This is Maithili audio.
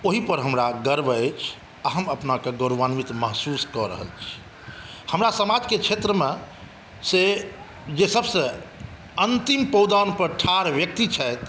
ओहिपर हमरा गर्व अछि आ हम अपनाके गौरवान्वित महसुस कऽ रहल छी हमरा समाजकेँ क्षेत्रमे से जे सभसँ अन्तिम पावदान पर ठाढ़ व्यक्ति छथि